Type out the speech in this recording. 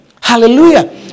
Hallelujah